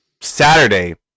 Saturday